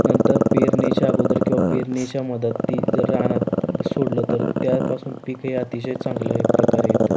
नंतर पेरणीच्या अगोदर किंवा पेरणीच्या मध्यात ती जर रानात सोडलं तर त्यापासून पीक हे आतिशय चांगलं एक प्रकारे येतं